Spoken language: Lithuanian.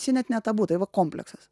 čia net ne tabu tai buvo komplektas